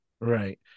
Right